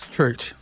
Church